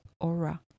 aura